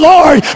Lord